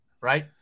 right